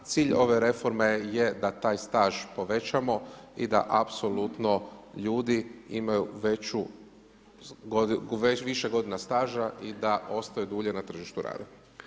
Cilj ove reforme je da taj staž povećamo i da apsolutno ljudi imaju više godina staža i da ostaju dulje na tržištu rada.